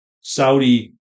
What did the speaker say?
Saudi